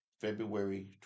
February